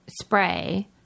spray